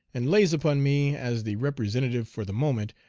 and lays upon me, as the representative, for the moment,